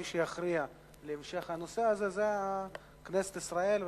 מי שיכריע בהמשך הנושא הזה זה כנסת ישראל,